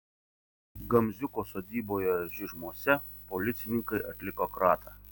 gamziuko sodyboje žižmuose policininkai atliko kratą